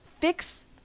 fix